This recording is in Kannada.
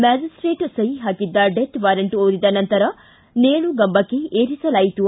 ಮ್ಯಾಜಿಸ್ವೇಟ್ ಸಹಿ ಹಾಕಿದ್ದ ಡೆತ್ ವಾರಂಟ್ ಓದಿದ ನಂತರ ನೇಣುಗಂಬಕ್ಕೆ ಏರಿಸಲಾಯಿತು